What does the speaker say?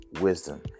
wisdom